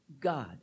God